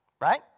Right